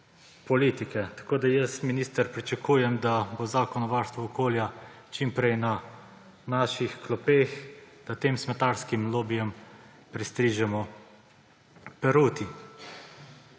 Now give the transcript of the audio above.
politike. Tako, minister, pričakujem, da bo Zakon o varstvu okolja čimprej na naših klopeh, da tem smetarskim lobijem pristrižemo peruti.